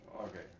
Okay